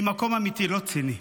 ממקום אמיתי, לא ציני.